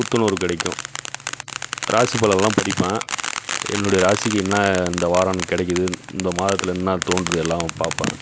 புத்துணர்வு கிடைக்கும் ராசி பலன் எல்லாம் படிப்பேன் என்னுடைய ராசிக்கு என்ன இந்த வாரம்ன்னு கிடைக்கிதுன்னு இந்த மாதத்தில் என்ன தோன்றுறதெல்லாம் பார்ப்பேன்